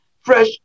fresh